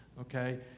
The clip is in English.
Okay